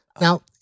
Now